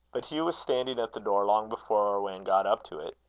but hugh was standing at the door long before irwan got up to it.